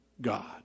God